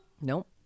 Nope